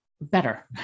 better